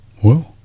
Whoa